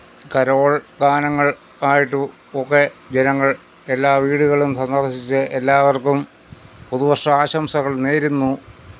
carol ഗാനങ്ങള് ആയിട്ടും ഒക്കെ ജനങ്ങള് എല്ലാ വീടുകളും സന്ദര്ശിച്ച് എല്ലാവര്ക്കും പുതുവര്ഷ ആശംസകള് നേരുന്നു